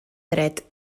dret